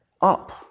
up